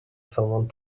someone